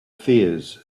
fears